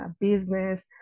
business